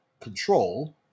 control